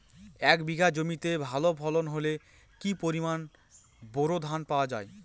এক বিঘা জমিতে ভালো ফলন হলে কি পরিমাণ বোরো ধান পাওয়া যায়?